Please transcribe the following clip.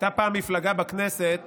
הייתה פעם מפלגה בכנסת